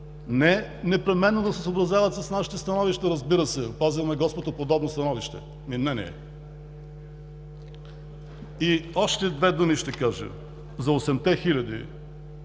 Не непременно да се съобразяват с нашите становища, разбира се. Опазил ме Господ от подобно становище и мнение! И още две думи ще кажа за осемте хиляди